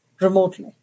remotely